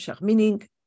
Meaning